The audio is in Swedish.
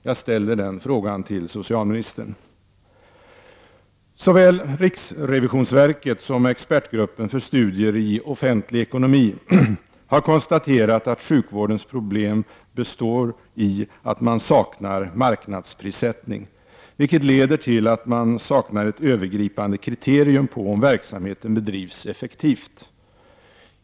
Jag ställer den frågan Såväl riksrevisionsverket som expertgruppen för studier i offentlig ekonomi har konstaterat att sjukvårdens problem beror på att man saknar marknadsprissättning, vilket leder till att man saknar ett övergripande kriterium på om verksamheten bedrivs effektivt.